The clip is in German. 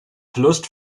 verlust